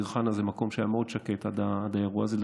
דיר חנא זה מקום שהיה מאוד שקט עד האירוע הזה,